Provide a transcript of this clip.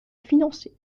financer